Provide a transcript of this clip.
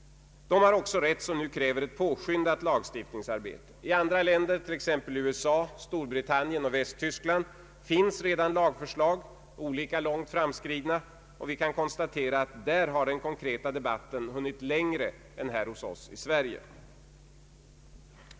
De har också rätt som nu kräver ett påskyndat lagstiftningsarbete. I andra länder, bl.a. USA, Storbritannien och Västtyskland, finns redan lagförslag, olika långt framskridna, och vi kan konstatera att den konkreta debatten där hunnit längre än hos oss i Sverige.